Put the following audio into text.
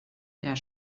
der